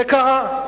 זה קרה.